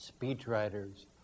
speechwriters